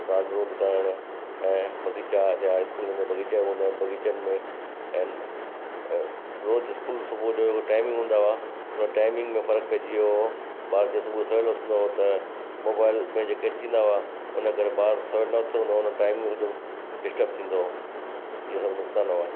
रांदि रूंद करणु ऐं बाग़ीचा थिया स्कूल जे अंदरु बाग़ीचा हूंदा आहिनि बाग़ीचनि में रोज़ु स्कूल जो सुबुहु टाइमिंग हूंदा हुआ टाइमिंग में फर्क़ु पइजी वियो हुओ ॿार जीअं सुबुहु सवेल उथंदो हुओ त मोबाइल में जेके अची वेंदा हुआ हुन करे ॿार सवेल न उथंदो हुओ टाइम जो डिस्टब थींदो हुओ हीअ सभु नुक़सान हुआ